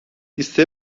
ise